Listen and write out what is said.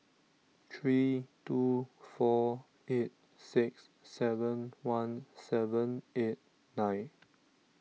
three two four eight six seven one seven eight nine